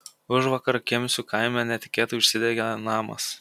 užvakar kemsių kaime netikėtai užsidegė namas